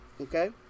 okay